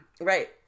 Right